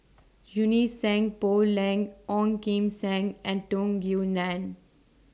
Junie Sng Poh Leng Ong Kim Seng and Tung Yue Nang